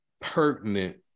pertinent